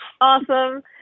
Awesome